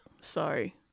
sorry